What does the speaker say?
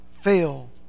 fail